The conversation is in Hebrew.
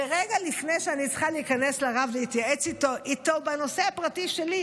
ורגע לפני שאני צריכה להיכנס לרב להתייעץ איתו בנושא הפרטי שלי,